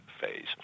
phase